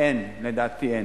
אין, אין, לדעתי אין.